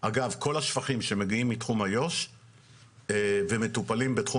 אגב כל השפכים שמגיעים מתחום איו"ש ומטופלים בתחום